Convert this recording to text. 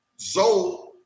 Zoe